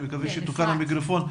אני מקווה שהמיקרופון תוקן.